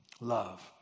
love